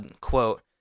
quote